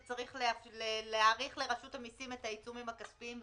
שצריך להאריך לרשות המיסים את העיצומים הכספיים,